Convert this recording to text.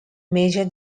major